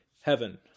heaven